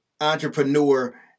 entrepreneur